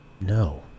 No